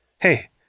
Hey